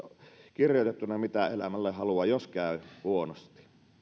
kirjoitettuna jonkinnäköinen hoitotahto siitä mitä elämältä haluaa jos käy huonosti